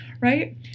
right